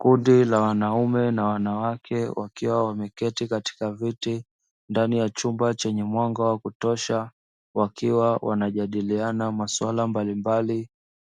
Kundi la wanaume na wanawake wakiwa wameketi katika viti ndani ya chumba chenye mwanga wa kutosha, wakiwa wanajadiliana maswala mbalimbali